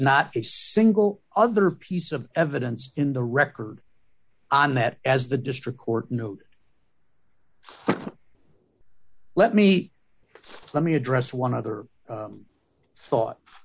not a single other piece of evidence in the record on that as the district court noted let me let me address one other thought